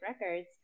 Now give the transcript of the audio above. Records